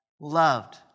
loved